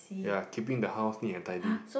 yea keeping the house neat and tidy